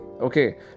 Okay